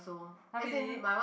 [huh] really